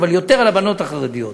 אבל יותר על הבנות החרדיות.